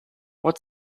what